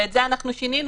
ואת זה אנחנו שינינו,